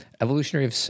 Evolutionary